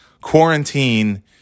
quarantine